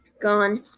Gone